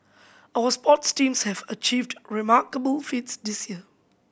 our sports teams have achieved remarkable feats this year